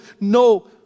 no